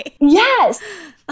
Yes